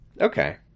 Okay